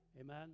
Amen